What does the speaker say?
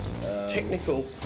Technical